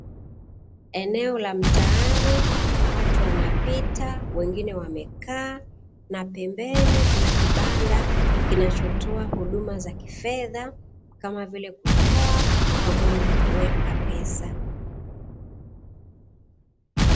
Eneo la mtaani, watu wanapita wengine wamekaaa, na pembeni kuna kibanda kinachotoa huduma za kifedha, kama vile kutoa pamoja na kuweka pesa.